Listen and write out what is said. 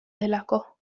delako